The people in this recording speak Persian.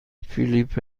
فیلیپ